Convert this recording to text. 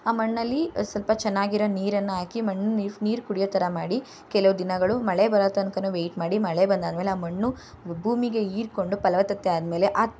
ಆ ಮಣ್ಣಲ್ಲಿ ಸ್ವಲ್ಪ ಚೆನ್ನಾಗಿರೋ ನೀರನ್ನು ಹಾಕಿ ಮಣ್ಣು ನೀರು ನೀರು ಕುಡಿಯೋ ಥರ ಮಾಡಿ ಕೆಲವು ದಿನಗಳು ಮಳೆ ಬರೋ ತನ್ಕ ವೇಟ್ ಮಾಡಿ ಮಳೆ ಬಂದಾದಮೇಲೆ ಆ ಮಣ್ಣು ಭೂಮಿಗೆ ಹೀರ್ಕೊಂಡು ಫಲವತ್ತತೆ ಆದಮೇಲೆ ಆ